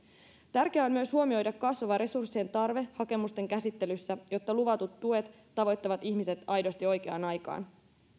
tärkeää on myös huomioida kasvava resurssien tarve hakemusten käsittelyssä jotta luvatut tuet tavoittavat ihmiset aidosti oikeaan aikaan